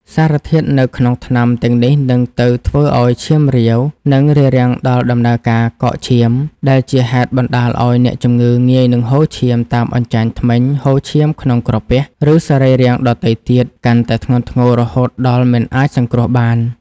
សារធាតុនៅក្នុងថ្នាំទាំងនេះនឹងទៅធ្វើឱ្យឈាមរាវ និងរារាំងដល់ដំណើរការកកឈាម ដែលជាហេតុបណ្តាលឱ្យអ្នកជំងឺងាយនឹងហូរឈាមតាមអញ្ចាញធ្មេញ ហូរឈាមក្នុងក្រពះ ឬសរីរាង្គដទៃទៀត កាន់តែធ្ងន់ធ្ងររហូតដល់មិនអាចសង្គ្រោះបាន។